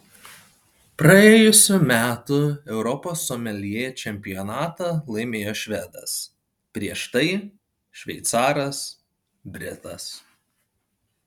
praėjusių metų europos someljė čempionatą laimėjo švedas prieš tai šveicaras britas